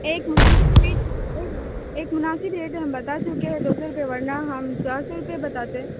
ایک مناسب ریٹ ایک ایک مناسب ڈیٹ ہے ہم بتا سکتے کہ دو سو روپے ورنہ ہم چار سو روپے بتاتے ہیں